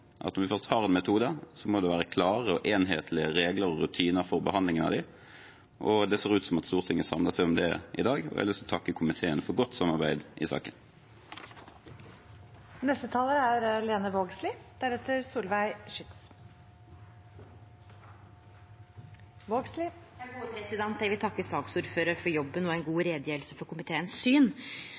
at når vi først har en metode, må det være klare og enhetlige regler og rutiner for behandling av dem. Det ser ut til at Stortinget samler seg om det i dag, og jeg har lyst til å takke komiteen for godt samarbeid i saken. Eg vil takke saksordføraren for jobben og for ei god utgreiing av komiteen sitt syn.